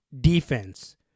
defense